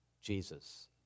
Jesus